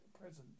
presence